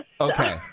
Okay